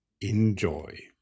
Enjoy